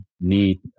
need